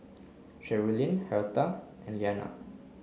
cherilyn Hertha and Leanna